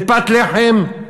לפת לחם?